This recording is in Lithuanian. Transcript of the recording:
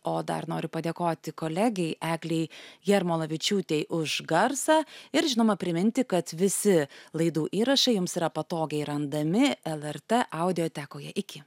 o dar noriu padėkoti kolegei eglei jarmalavičiūtei už garsą ir žinoma priminti kad visi laidų įrašai jums yra patogiai randami lrt audiotekoje iki